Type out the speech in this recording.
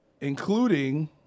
including